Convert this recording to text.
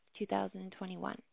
2021